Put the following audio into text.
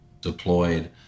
deployed